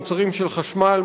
מוצרים של חשמל,